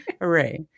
hooray